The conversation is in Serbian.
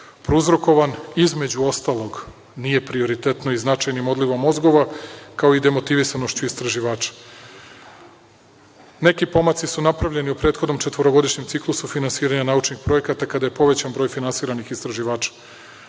prouzrokovan između ostalog, nije prioritetno, i značajnim odlivom mozgova, kao i demotivisanošću istraživača. Neki pomaci su napravljeni u prethodnom četvorogodišnjem ciklusu finansiranja naučnih projekata kada je povećan broj finansiranih istraživača.